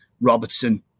Robertson